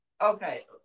Okay